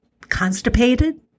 constipated